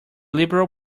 liberal